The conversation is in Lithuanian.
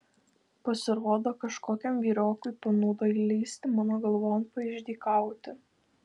pasirodo kažkokiam vyriokui panūdo įlįsti mano galvon paišdykauti